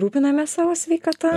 rūpinamės savo sveikata